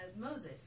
Moses